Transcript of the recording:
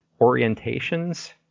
orientations